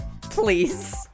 Please